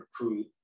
recruit